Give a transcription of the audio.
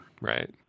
right